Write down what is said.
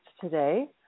today